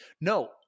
No